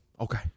Okay